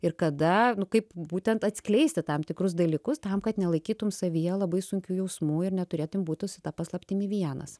ir kada kaip būtent atskleisti tam tikrus dalykus tam kad nelaikytum savyje labai sunkių jausmų ir neturėtim būtų su ta paslaptimi vienas